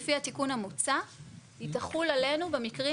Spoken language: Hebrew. לפי התיקון המוצע היא תחול עלינו במקרים